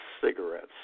cigarettes